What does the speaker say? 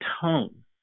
tone